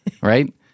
right